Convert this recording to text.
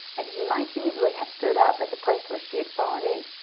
and he might easily have stood up at the place where she had fallen in.